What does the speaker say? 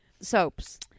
soaps